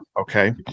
okay